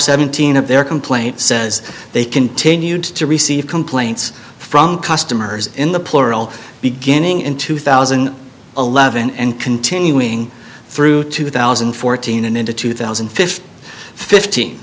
seventeen of their complaint says they continued to receive complaints from customers in the plural beginning in two thousand and eleven and continuing through two thousand and fourteen and into two thousand and fifteen